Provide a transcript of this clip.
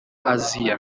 asia